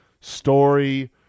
story